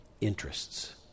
interests